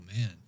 man